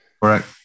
Correct